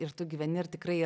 ir tu gyveni ir tikrai